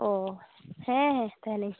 ᱚ ᱦᱮᱸ ᱦᱮᱸ ᱛᱟᱦᱮᱱᱟᱹᱧ